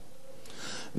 וכבוד היושב-ראש יחד: